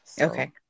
Okay